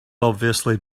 obviously